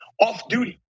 off-duty